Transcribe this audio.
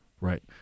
right